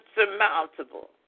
insurmountable